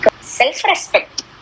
self-respect